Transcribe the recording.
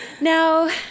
Now